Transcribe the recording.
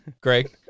Greg